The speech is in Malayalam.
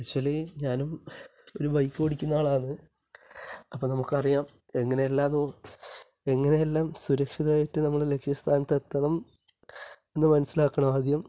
ആക്ച്വലി ഞാനും ഒരു ബൈക്ക് ഓടിക്കുന്ന ആളാണ് അപ്പം നമുക്കറിയാം എങ്ങനെയെല്ലാമാണ് എങ്ങനെയെല്ലാം സുരക്ഷിതമായിട്ട് നമ്മളെ ലക്ഷ്യ സ്ഥാനത്ത് എത്തണം എന്ന് മനസിലാക്കണം ആദ്യം